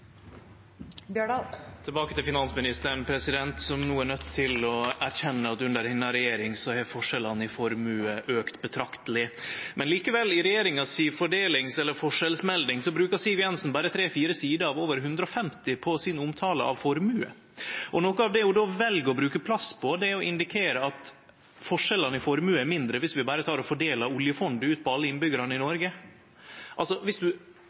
til finansministeren, som no er nøydd til å erkjenne at under denne regjeringa har forskjellane i formue auka betrakteleg. Likevel – i regjeringa si forskjellsmelding brukar Siv Jensen berre tre–fire sider av over 150 på si omtale av formue. Noko av det ho vel å bruke plass på, er å indikere at forskjellane i formue er mindre dersom vi berre tek og fordeler oljefondet ut på alle innbyggjarane i